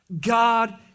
God